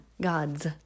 gods